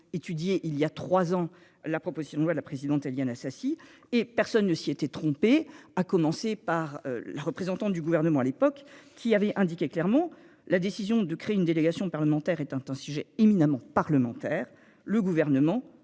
étudié il y a 3 ans. La proposition de loi. La présidente, Éliane Assassi. Et personne ne s'y étaient trompés à commencer par la représentante du gouvernement à l'époque, qui avait indiqué clairement la décision de créer une délégation parlementaire est un sujet éminemment parlementaire, le gouvernement